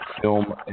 film